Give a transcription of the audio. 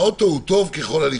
האוטו הוא טוב ככל הניתן,